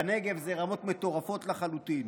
בנגב זה רמות מטורפות לחלוטין.